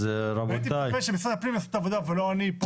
הייתי מצפה שמשרד הפנים יעשה את העבודה, ולא אני.